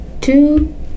two